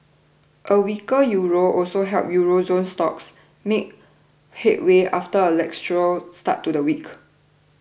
a weaker euro also helped euro zone stocks make headway after a lacklustre start to the week